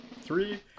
three